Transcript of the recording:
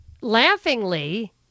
laughingly